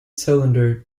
cylinder